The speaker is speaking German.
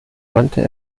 wandte